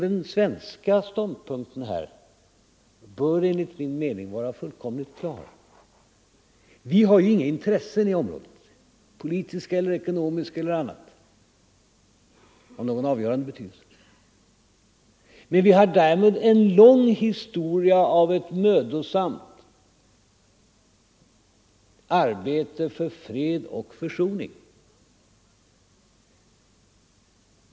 Den svenska ståndpunkten bör enligt min mening vara fullkomligt klar. Vi har ju inga intressen i området, vare sig politiska eller ekonomiska eller andra intressen av någon avgörande betydelse. Däremot har vi en lång historia av mödosamt arbete för fred och försoning bakom oss.